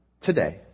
today